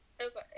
Okay